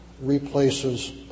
replaces